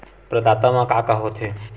प्रदाता मा का का हो थे?